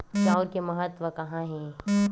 चांउर के महत्व कहां हे?